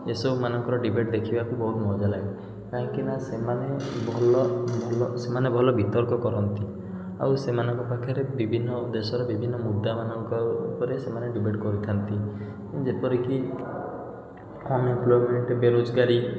ଏସବୁ ମାନଙ୍କର ଡିବେଟ୍ ଦେଖିବାକୁ ବହୁତ ମଜା ଲାଗେ କାହିଁକିନା ସେମାନେ ଭଲ ଭଲ ସେମାନେ ଭଲ ବିତର୍କ କରନ୍ତି ଆଉ ସେମାନଙ୍କ ପାଖରେ ବିଭିନ୍ନ ଦେଶର ବିଭିନ୍ନ ମୁଦ୍ଦାମାନଙ୍କ ଉପରେ ସେମାନେ ଡିବେଟ୍ କରିଥାନ୍ତି ଯେପରିକି ଅନେକ ବେରୋଜଗାରୀ